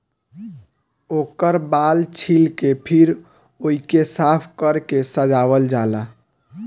ओकर बाल छील के फिर ओइके साफ कर के सजावल जाला